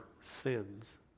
sins